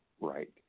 right